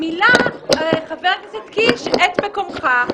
מילא חבר הכנסת קיש את מקומך,